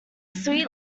sweet